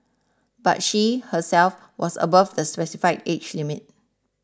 but she herself was above the specified age limit